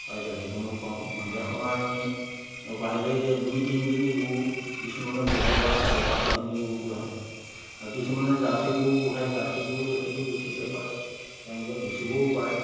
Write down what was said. প্ৰায় গাখীৰ অকণো পাওঁ মাজে সময়ে আমি পাৰিলে এতিয়া দুই তিনিজনী গৰু কিছুমানে পোহে বা চাৰি পাঁচজনী গৰু পোহে আৰু কিছুমানে জাৰ্চি গৰু পোহে জাৰ্চি গৰুৰ গাখীৰটো বেছিকৈ পায় তেওঁলোকে বেচিবও পাৰে